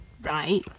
right